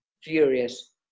furious